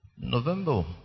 November